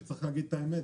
שצריך להגיד את האמת,